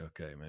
okay